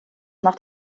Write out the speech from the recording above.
nach